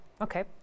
okay